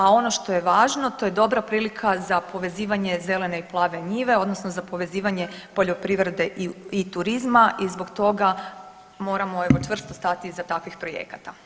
A ono što je važno to je dobra prilika za povezivanje zelene i plave njive odnosno za povezivanje poljoprivrede i turizma i zbog toga moramo evo čvrsto stajati iza takvih projekata.